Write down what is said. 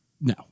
no